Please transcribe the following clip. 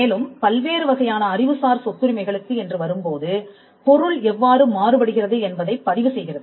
மேலும் பல்வேறு வகையான அறிவுசார் சொத்துரிமை களுக்கு என்று வரும்போது பொருள் எவ்வாறு மாறுபடுகிறது என்பதைப் பதிவு செய்கிறது